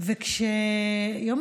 כשארגון